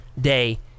day